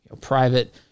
private